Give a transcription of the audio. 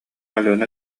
алена